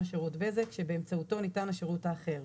שירות בזק ובאמצעותו ניתן השירות האחר,